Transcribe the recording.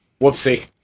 Whoopsie